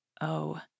Oh